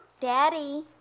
Daddy